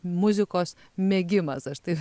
muzikos mėgimas aš tai